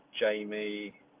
Jamie